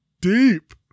deep